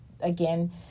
again